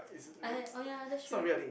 uh oh ya that's true